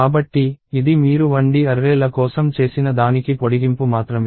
కాబట్టి ఇది మీరు 1D అర్రే ల కోసం చేసిన దానికి పొడిగింపు మాత్రమే